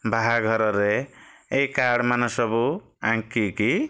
ବାହାଘରରେ ଏ କାର୍ଡ଼ମାନ ସବୁ ଆଙ୍କିକି